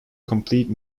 complete